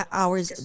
hours